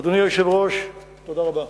אדוני היושב-ראש, תודה רבה.